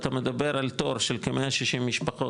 אתה מדבר על תור של כ-160 משפחות,